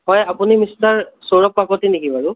হয় আপুনি মিষ্টাৰ সৌৰভ কাকতি নেকি বাৰু